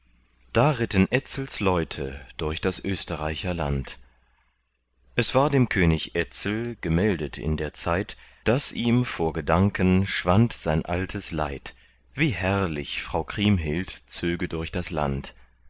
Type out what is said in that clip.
da ritten etzels leute durch das österreicherland es war dem könig etzel gemeldet in der zeit daß ihm vor gedanken schwand sein altes leid wie herrlich frau kriemhild zöge durch das land